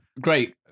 Great